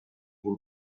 bół